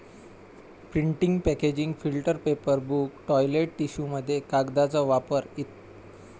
printing packaging filter paper book toilet टिश्यूमध्ये कागदाचा वापर इ